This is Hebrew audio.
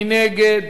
מי נגד?